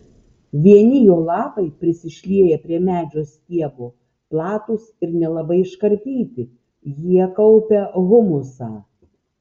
vieni jo lapai prisišlieję prie medžio stiebo platūs ir nelabai iškarpyti jie kaupia humusą